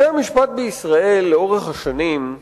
בתי-המשפט בישראל, לאורך השנים,